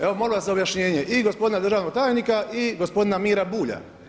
Evo molim vas za objašnjenje i gospodina državnog tajnika i gospodina Mira Bulja.